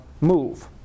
move